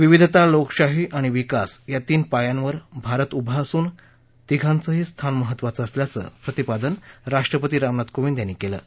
विविधता लोकशाही आणि विकास या तीन पायांवर भारत उभा असून तिघांचही स्थान महत्त्वाचं असल्याचं प्रतिपादन राष्ट्रपती रामनाथ कोविंद यांनी केलं आहे